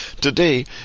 today